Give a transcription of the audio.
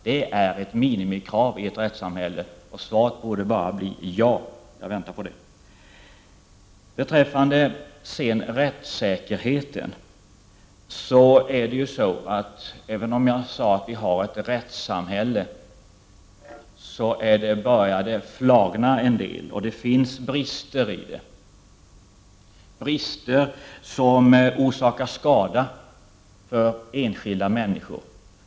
Det är ett minimikrav i ett rättssamhälle, och svaret borde bli ja. Jag väntar på det. Jag vill säga något om rättssäkerheten. Vi har ett rättssamhälle men det finns brister som orsakar skada för enskilda människor.